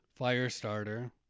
Firestarter